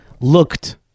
looked